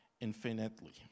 infinitely